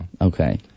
Okay